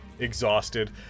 exhausted